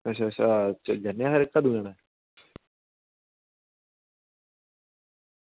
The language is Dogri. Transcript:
अच्छा अच्छा जाना भी पेपर देन